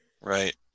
Right